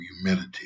humility